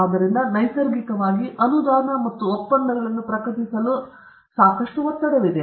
ಆದ್ದರಿಂದ ನೈಸರ್ಗಿಕವಾಗಿ ಅನುದಾನ ಮತ್ತು ಒಪ್ಪಂದಗಳನ್ನು ಪ್ರಕಟಿಸಲು ಸಾಕಷ್ಟು ಒತ್ತಡವಿದೆ